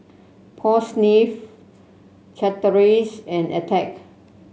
Paul Smith Chateraise and Attack